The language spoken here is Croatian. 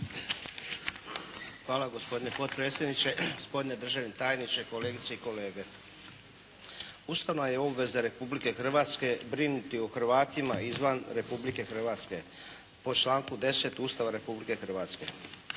Hvala gospodine potpredsjedniče, gospodine državni tajniče, kolegice i kolege! Ustavna je obaveza Republike Hrvatske brinuti o Hrvatima izvan Republike Hrvatske po članku 10. Ustava Republike Hrvatske.